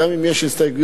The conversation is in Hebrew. גם אם יש הסתייגויות,